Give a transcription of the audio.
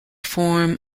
form